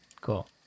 cool